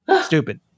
Stupid